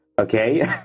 Okay